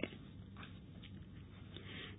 truck हड़ताल